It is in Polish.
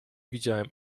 widziałem